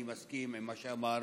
אני מסכים למה שאמר